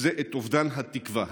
זה את אובדן התקווה.